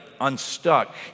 unstuck